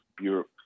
Europe